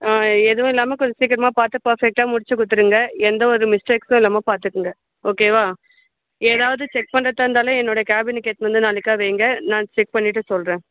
எதுவும் இல்லாமல் கொஞ்சம் சீக்கிரமா பார்த்து பர்ஃபெக்ட்டாக முடிச்சு கொடுத்துருங்க எந்த ஒரு மிஸ்டேக்ஸும் இல்லாமல் பார்த்துக்குங்க ஓகேவா ஏதாவது செக் பண்ணுறதா இருந்தாலும் என்னோடய கேபினுக்கு எடுத்துகிட்டு வந்து நாளைக்கா வைங்க நான் செக் பண்ணிட்டு சொல்கிறேன்